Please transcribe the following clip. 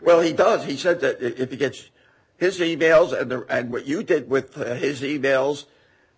well he does he said that if he gets his e mails and what you did with his e mails